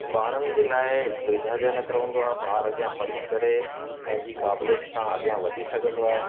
ॿारनि जे लाइ सुविधाजनक रहंदो आहे ॿार अॻियां पढ़ी करे पंहिंजी क़ाबिलियत सां अॻियां वधी सघंदो आहे